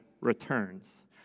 returns